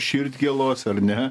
širdgėlos ar ne